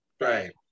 right